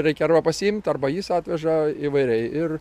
reikia arba pasiimt arba jis atveža įvairiai ir